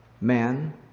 man